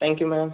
thank you ma'am